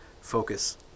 focus